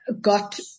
got